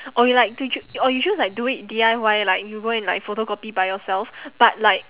or you like to ch~ or you choose like do it D_I_Y like you go and like photocopy by yourself but like